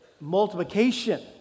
Multiplication